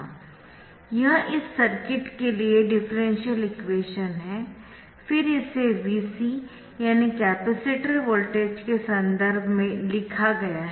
यह इस सर्किट के लिए डिफरेंशियल इक्वेशन है फिर इसे Vc यानी कैपेसिटर वोल्टेज के संदर्भ में लिखा गया है